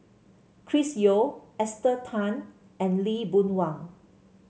Chris Yeo Esther Tan and Lee Boon Wang